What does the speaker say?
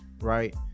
right